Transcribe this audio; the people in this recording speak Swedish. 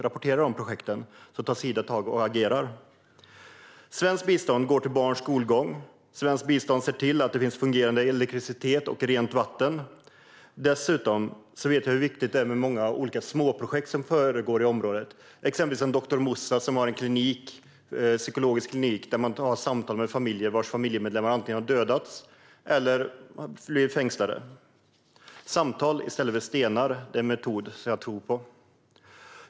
Rapportera projekten, så tar Sida tag i saken och agerar. Svenskt bistånd går till barns skolgång och till att se till att det finns fungerande elektricitet och rent vatten. Dessutom vet jag hur viktigt det är med många olika småprojekt som pågår i området. Exempelvis har en doktor Moussa en psykologisk klinik där man har samtal med familjer där familjemedlemmar antingen har dödats eller blivit fängslade. Samtal i stället för stenar är en metod som jag tror på.